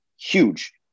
huge